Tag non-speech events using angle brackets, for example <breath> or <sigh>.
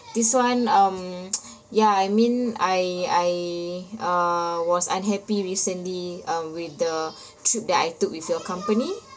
this [one] um <noise> ya I mean I I uh was unhappy recently uh with the <breath> trip that I took with your company